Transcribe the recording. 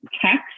text